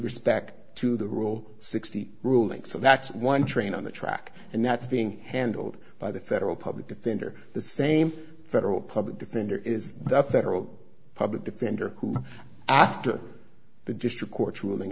respect to the rule sixty rulings so that's one train on the track and not being handled by the federal public defender the same federal public defender is the federal public defender who after the district court's ruling